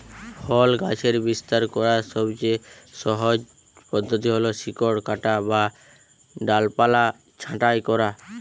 ফল গাছের বিস্তার করার সবচেয়ে সহজ পদ্ধতি হল শিকড় কাটা বা ডালপালা ছাঁটাই করা